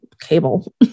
cable